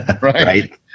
Right